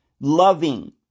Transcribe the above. loving